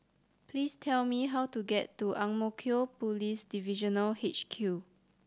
please tell me how to get to Ang Mo Kio Police Divisional H Q